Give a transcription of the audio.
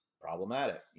problematic